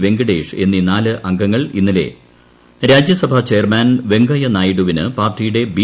വെങ്കിടേഷ് എന്നീ നാല് അംഗങ്ങൾ ഇന്നലെ രാജ്യസഭാ ചെയർമാൻ വെങ്കയ്യനായിഡുവിന് പാർട്ടിയുടെ ബി